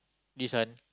this one